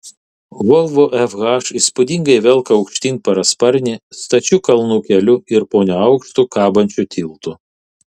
volvo fh įspūdingai velka aukštyn parasparnį stačiu kalnų keliu ir po neaukštu kabančiu tiltu